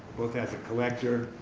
both as a collector,